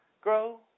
grow